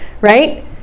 right